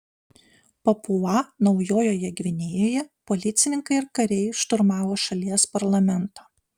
papua naujojoje gvinėjoje policininkai ir kariai šturmavo šalies parlamentą